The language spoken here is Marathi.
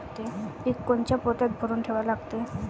पीक कोनच्या पोत्यात भरून ठेवा लागते?